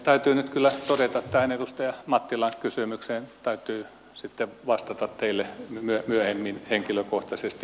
täytyy nyt kyllä todeta edustaja mattilan kysymykseen että täytyy sitten vastata teille myöhemmin henkilökohtaisesti